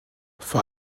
vor